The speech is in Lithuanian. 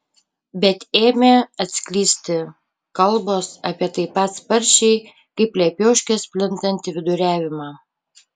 bet ėmė atsklisti kalbos apie taip pat sparčiai kaip lepioškės plintantį viduriavimą